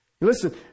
Listen